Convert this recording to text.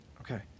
Okay